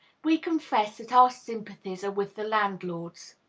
we confess that our sympathies are with the landlords.